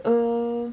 err